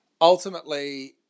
ultimately